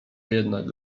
jednak